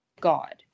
god